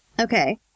Okay